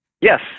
Yes